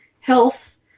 health